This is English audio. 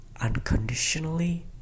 unconditionally